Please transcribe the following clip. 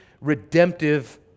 redemptive